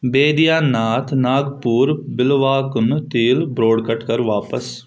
بیدیہ Nath Nagpur بِلواکنہٕ تیٖل product کر واپس